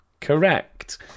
Correct